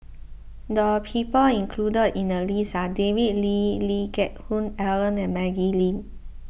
the people included in the list are David Lee Lee Geck Hoon Ellen and Maggie Lim